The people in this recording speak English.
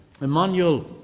Emmanuel